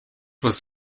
was